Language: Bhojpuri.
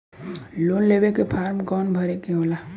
लोन लेवे के फार्म कौन भरे के होला?